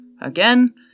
Again